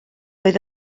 oedd